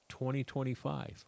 2025